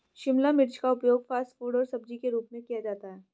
शिमला मिर्च का उपयोग फ़ास्ट फ़ूड और सब्जी के रूप में किया जाता है